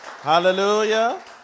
hallelujah